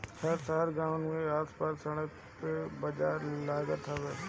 हर शहर गांव में आस पास सड़क पे बाजार लागत हवे